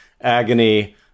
agony